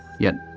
yet,